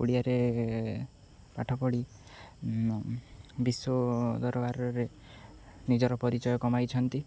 ଓଡ଼ିଆରେ ପାଠ ପଢ଼ି ବିଶ୍ୱ ଦରବାରରେ ନିଜର ପରିଚୟ କମାଇଛନ୍ତି